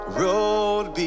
road